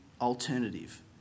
alternative